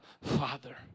Father